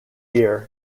year